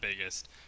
biggest